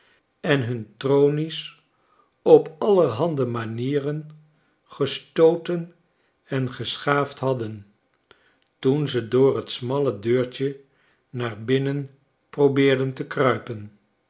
en hun tronies op allerhande manieren gestooten en geschaafd hadden toen ze door t smalle deurtje naar binnen probeerden te kruipen